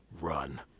run